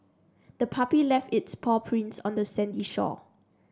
the puppy left its paw prints on the sandy shore